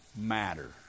matter